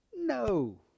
No